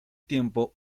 tiempo